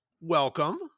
welcome